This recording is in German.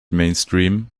mainstream